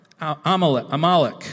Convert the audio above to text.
Amalek